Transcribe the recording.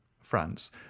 france